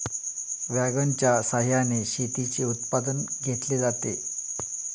वॅगनच्या सहाय्याने शेतीचे उत्पादन घेतले जाते